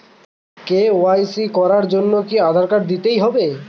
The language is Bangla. কে.ওয়াই.সি করার জন্য কি আধার কার্ড দিতেই হবে?